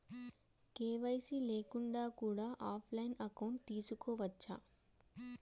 KYC లేకుండా కూడా offline account తీసుకోవచ్చా?